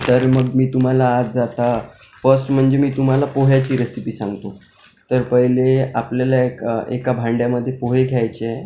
तर मग मी तुम्हाला आज आता फर्स्ट म्हणजे मी तुम्हाला पोह्याची रेसिपी सांगतो तर पहिले आपल्याला एका एका भांड्यामध्ये पोहे घ्यायचे आहे